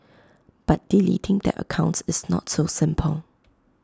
but deleting their accounts is not so simple